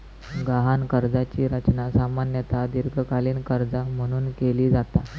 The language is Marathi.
गहाण कर्जाची रचना सामान्यतः दीर्घकालीन कर्जा म्हणून केली जाता